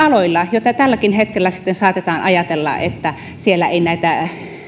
joista tälläkin hetkellä saatetaan ajatella että siellä ei